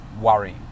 worry